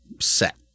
set